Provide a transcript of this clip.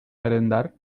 merendar